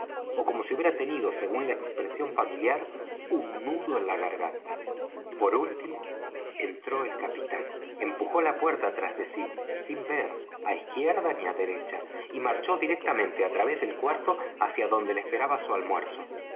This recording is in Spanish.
ó como si hubiera tenido según la expresión familiar un nudo en la garganta por último entró el capitán empujó la puerta tras de sí sin ver á izquierda ni á derecha y marchó directamente á través del cuarto hacia donde le esperaba su almuerzo